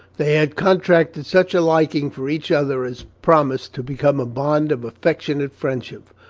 they had contracted such a liking for each other as promised to become a bond of affectionate friendship.